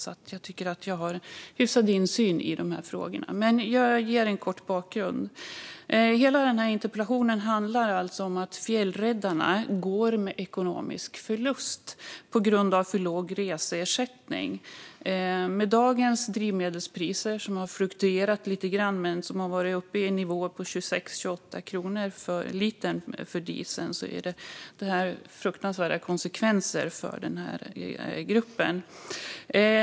Därför tycker jag att jag har en hyfsad insyn i dessa frågor. Hela denna interpellation handlar alltså om att fjällräddarna går med ekonomisk förlust på grund av för låg reseersättning. Dagens drivmedelspriser, som har fluktuerat lite grann men som har varit uppe på nivåer på 26-28 kronor per liter för dieseln, får fruktansvärda konsekvenser för denna grupp.